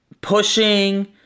pushing